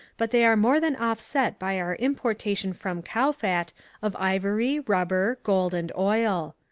but they are more than offset by our importation from kowfat of ivory, rubber, gold, and oil.